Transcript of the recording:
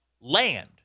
land